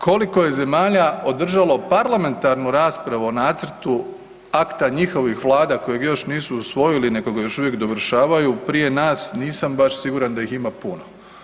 Koliko je zemalja održalo parlamentarnu raspravu o nacrtu akta njihovih vlada kojeg još nisu usvojili nego ga još uvijek dovršavaju prije nas nisam baš siguran da ih ima puno.